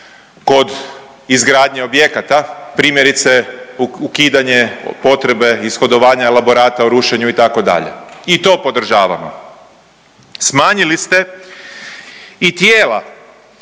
kod izgradnje objekata primjerice ukidanje potrebe ishodovanja elaborata o rušenju itd. i to podržavamo. Smanjili ste i tijela